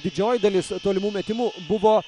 didžioji dalis tolimų metimų buvo